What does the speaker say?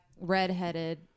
redheaded